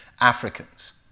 Africans